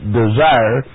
desire